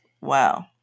Wow